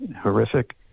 horrific